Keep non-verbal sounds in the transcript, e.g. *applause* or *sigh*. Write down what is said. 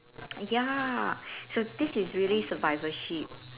*noise* ya so this is really survivorship